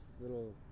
little